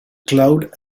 cloud